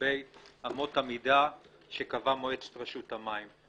לגבי אמות המידה שקבעה מועצת רשות המים.